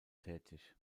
tätig